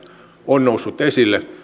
on noussut esille